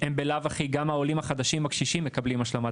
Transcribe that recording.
והם בלאו הכי גם העולים החדשים הקשישים מקבלים השלמת